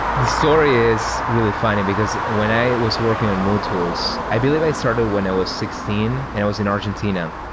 the story is really funny, because when i was working on mutools, i believe i started when i was sixteen and i was in argentina.